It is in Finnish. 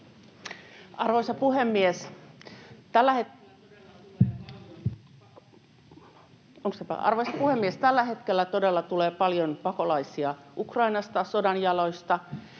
Arvoisa puhemies! Tällä hetkellä todella tulee paljon pakolaisia Ukrainasta sodan jaloista.